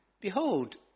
behold